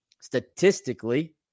statistically